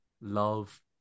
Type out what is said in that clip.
love